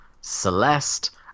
Celeste